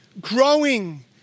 growing